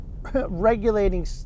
regulating